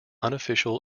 unofficial